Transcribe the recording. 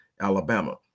alabama